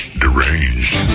deranged